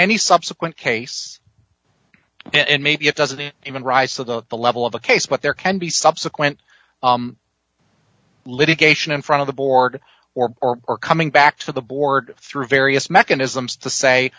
any subsequent case and maybe it doesn't even rise to the the level of a case but there can be subsequent litigation in front of the board or are coming back to the board through various mechanisms to say